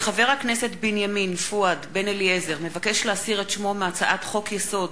כי חבר הכנסת בנימין בן-אליעזר מבקש להסיר את שמו מהצעת חוק-יסוד: